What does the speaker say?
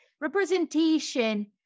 representation